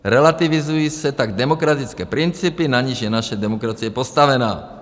Relativizují se tak demokratické principy, na nichž je naše demokracie postavena.